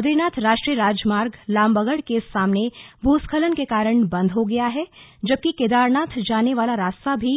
बदरीनाथ राष्ट्रीय राजमार्ग लामबगड़ के सामने भूस्खलन के कारण बंद हो गया है जबकि केदारनाथ जाने वाला रास्ता भी